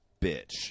bitch